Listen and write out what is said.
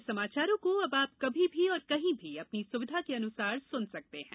हमारे समाचारों को अब आप कभी भी और कहीं भी अपनी सुविधा के अनुसार सुन सकते हैं